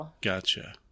Gotcha